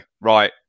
Right